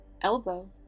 Elbow